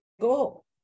go